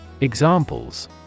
Examples